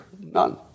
None